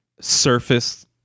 surface